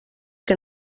que